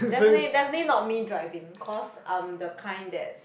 definitely definitely not me driving cause I'm the kind that